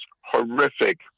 horrific